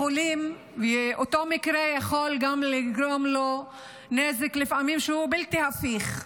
ואותו מקרה יכול לפעמים גם לגרום לו נזק בלתי הפיך.